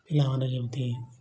ପିଲାମାନେ ଯେମିତି